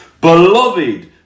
Beloved